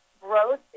growth